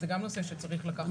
זה גם נושא שצריך לקחת בחשבון.